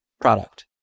Product